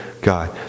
God